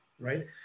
right